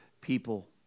people